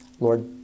Lord